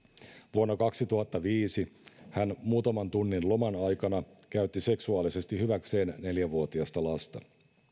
vuonna kaksituhattaviisi hän muutaman tunnin loman aikana käytti seksuaalisesti hyväkseen neljä vuotiasta lasta